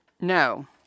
No